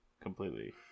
completely